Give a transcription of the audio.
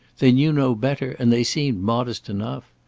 they knew no better, and they seemed modest enough.